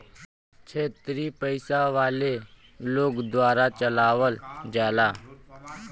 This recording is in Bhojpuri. क्षेत्रिय पइसा वाले लोगन द्वारा चलावल जाला